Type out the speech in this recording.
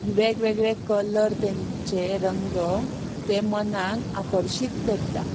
वेगवेगळे कलर तांचे रंग ते मनांक आकर्शीत करता